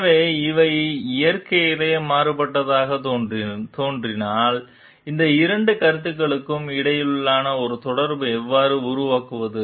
எனவே இவை இயற்கையில் மாறுபட்டதாகத் தோன்றினால் இந்த இரண்டு கருத்துகளுக்கும் இடையில் ஒரு தொடர்பை எவ்வாறு உருவாக்குவது